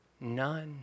None